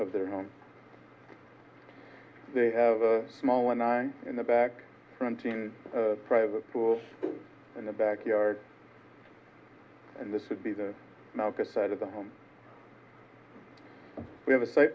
of their home they have a small and in the back renting a private pool in the backyard and this would be the side of the home we have a s